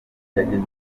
yageze